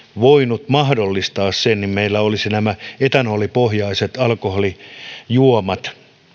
voinut mahdollistaa sen siinä kohtaa meillä olisivat nämä etanolipohjaiset alkoholijuomat